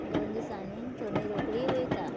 दोन दिसांनी थंडी रोकडी वयता